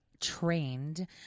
trained